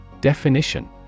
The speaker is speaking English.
Definition